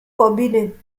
forbidden